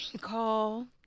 Call